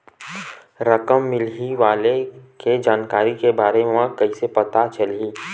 रकम मिलही वाले के जानकारी के बारे मा कइसे पता चलही?